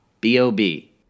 B-O-B